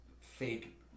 fake